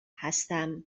هستم